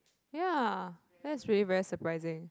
ya that's really very surprising